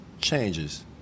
changes